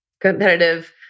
competitive